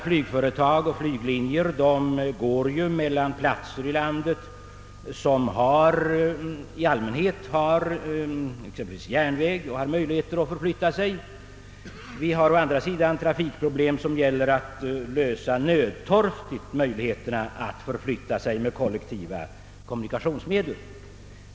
Flyglinjer går ju mellan platser i landet som även i allmänhet har exempelvis järnväg och andra möjligheter till förfogande. Vi har å andra sidan trafikproblem som det gäller att lösa nödtorftigt, möjligheten att förflytta sig med kollektiva kommunikationsmedel.